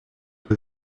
what